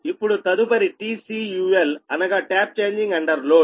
ఇప్పుడు తదుపరి TCUL అనగా ట్యాప్ చేంజింగ్ అండర్ లోడ్